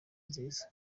nziza